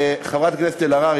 חברת הכנסת אלהרר,